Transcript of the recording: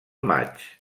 maig